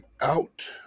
out